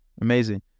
Amazing